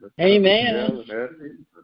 Amen